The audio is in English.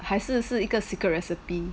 还是是一个 secret recipe